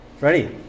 ready